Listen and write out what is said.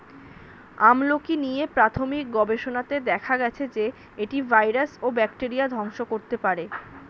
আমলকী নিয়ে প্রাথমিক গবেষণাতে দেখা গেছে যে, এটি ভাইরাস ও ব্যাকটেরিয়া ধ্বংস করতে পারে